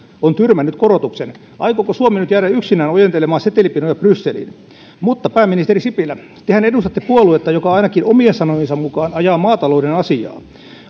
on tyrmännyt korotuksen aikooko suomi nyt jäädä yksinään ojentelemaan setelipinoja brysseliin pääministeri sipilä tehän edustatte puoluetta joka ainakin omien sanojensa mukaan ajaa maatalouden asiaa